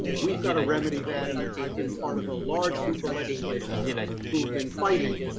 we've got to remedy that. and i've been part of a large group of legislators who've been fighting